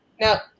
now